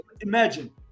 imagine